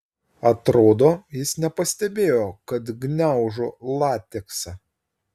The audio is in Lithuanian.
atrodo jis nepastebėjo kad gniaužo lateksą